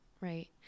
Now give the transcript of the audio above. right